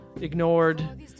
ignored